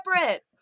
separate